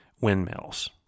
windmills